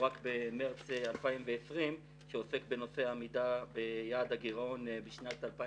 במרץ 2020. הדוח עוסק בעמידה ביעד הגירעון ב-2018.